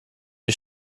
die